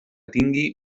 tingui